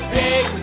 big